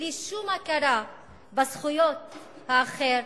בלי שום הכרה בזכויות האחר,